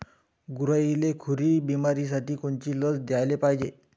गुरांइले खुरी बिमारीसाठी कोनची लस द्याले पायजे?